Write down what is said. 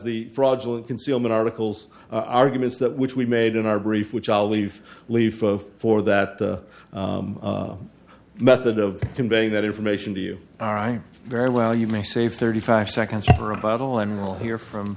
the fraudulent concealment articles arguments that which we made in our brief which i'll leave leave for for that method of conveying that information to you all right very well you may save thirty five seconds for a bottle and we'll hear from